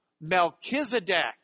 Melchizedek